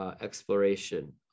exploration